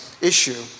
issue